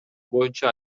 боюнча